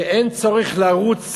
שאין צורך לרוץ